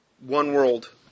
one-world